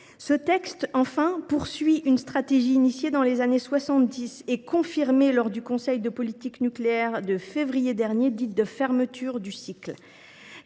Ce texte, enfin, poursuit une stratégie engagée dans les années 1970 et confirmée lors du conseil de politique nucléaire de février dernier, dite de fermeture du cycle.